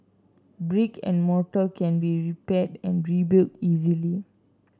brick and mortar can be repaired and rebuilt easily